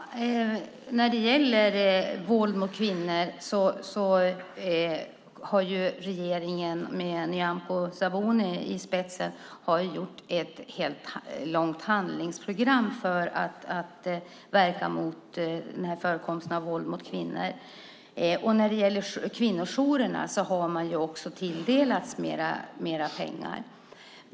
Herr talman! När det gäller våld mot kvinnor har regeringen med Nyamko Sabuni i spetsen gjort ett stort handlingsprogram för att verka mot förekomsten av våld mot kvinnor. Kvinnojourerna har också tilldelats mer pengar.